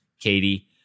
Katie